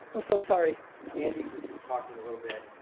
i'm so sorry andy was just talking a little bit.